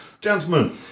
Gentlemen